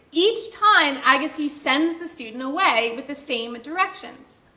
each time, agassiz sends the student away with the same directions,